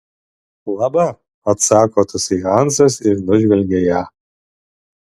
laba atsako tasai hansas ir nužvelgia ją